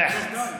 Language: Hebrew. קרעכץ,